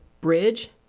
bridge